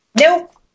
Nope